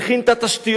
מכין את התשתיות,